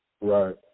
Right